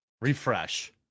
Refresh